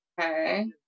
Okay